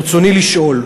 ברצוני לשאול: